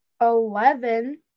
Eleven